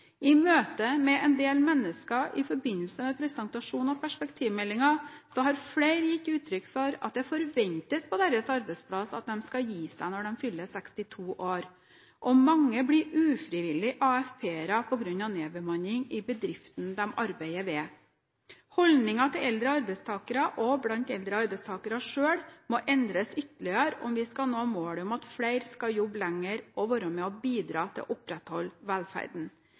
I møte med en del mennesker i forbindelse med presentasjon av perspektivmeldingen har flere gitt uttrykk for at det på deres arbeidsplass forventes at de skal gi seg når de fyller 62 år, og mange blir ufrivillig AFP-ere på grunn av nedbemanning i bedriften de arbeider i. Holdninger til eldre arbeidstakere og blant eldre arbeidstakere selv må endres ytterligere om vi skal nå målet om at flere skal jobbe lenger og være med på å bidra til å opprettholde